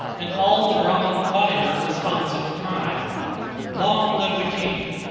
and all the brahman choir responsive cried long live the king!